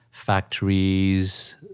factories